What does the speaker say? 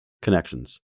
Connections